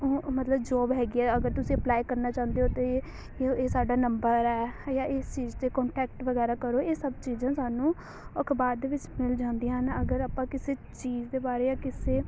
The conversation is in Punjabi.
ਮਤਲਬ ਜੋਬ ਹੈਗੀ ਆ ਅਗਰ ਤੁਸੀਂ ਅਪਲਾਈ ਕਰਨਾ ਚਾਹੁੰਦੇ ਹੋ ਤਾਂ ਇਹ ਸਾਡਾ ਨੰਬਰ ਹੈ ਜਾਂ ਇਸ ਚੀਜ਼ 'ਤੇ ਕੰਟੈਕਟ ਵਗੈਰਾ ਕਰੋ ਇਹ ਸਭ ਚੀਜ਼ਾਂ ਸਾਨੂੰ ਅਖ਼ਬਾਰ ਦੇ ਵਿੱਚ ਮਿਲ ਜਾਂਦੀਆਂ ਹਨ ਅਗਰ ਆਪਾਂ ਕਿਸੇ ਚੀਜ਼ ਦੇ ਬਾਰੇ ਜਾਂ ਕਿਸੇ